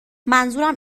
منظورم